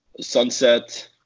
sunset